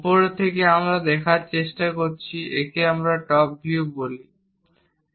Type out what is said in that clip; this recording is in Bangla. উপর থেকে আমরা দেখার চেষ্টা করছি একে আমরা টপ ভিউ বলে থাকি